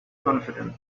confident